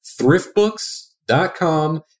ThriftBooks.com